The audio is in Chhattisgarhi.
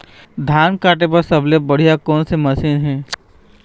धान काटे बर सबले बढ़िया कोन से मशीन हे?